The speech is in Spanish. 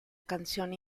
canción